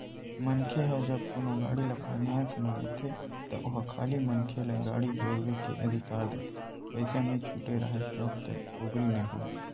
मनखे ह जब कोनो गाड़ी ल फायनेंस म लेथे त ओहा खाली मनखे ल गाड़ी बउरे के अधिकार देथे पइसा नइ छूटे राहय तब तक पोगरी नइ होय